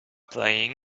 playing